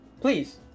please